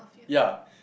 ya